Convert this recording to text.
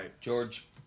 George